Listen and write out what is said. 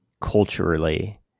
culturally